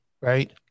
right